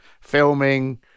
filming